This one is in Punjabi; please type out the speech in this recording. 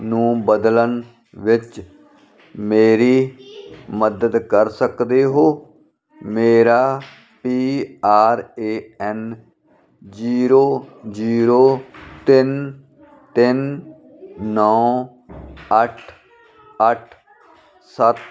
ਨੂੰ ਬਦਲਣ ਵਿੱਚ ਮੇਰੀ ਮਦਦ ਕਰ ਸਕਦੇ ਹੋ ਮੇਰਾ P R A N zero zero ਤਿੰਨ ਤਿੰਨ ਨੌ ਅੱਠ ਅੱਠ ਸੱਤ